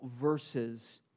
verses